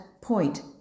point